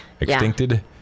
Extincted